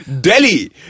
Delhi